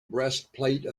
breastplate